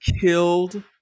Killed